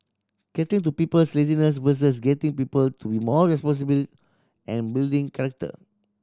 catering to people's laziness versus getting people to be more responsible and building character